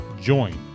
join